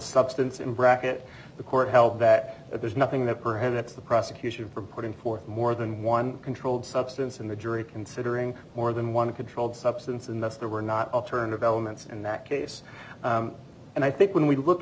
substance in bracket the court held that there's nothing that perhaps the prosecution for putting forth more than one controlled substance in the jury considering more than one controlled substance and that's they were not alternative elements in that case and i think when we look